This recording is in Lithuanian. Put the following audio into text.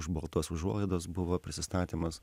už baltos užuolaidos buvo prisistatymas